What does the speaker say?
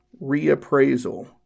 reappraisal